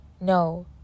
no